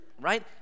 Right